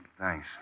thanks